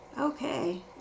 Okay